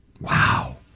Wow